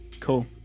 Cool